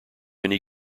many